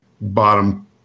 bottom